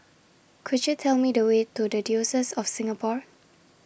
Could YOU Tell Me The Way to The Diocese of Singapore